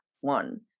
one